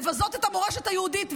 לבזות את המורשת היהודית,